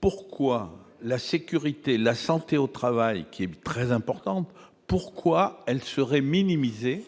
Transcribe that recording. pourquoi la sécurité, la santé au travail qui est très importante, pourquoi elle serait minimiser